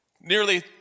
Nearly